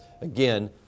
Again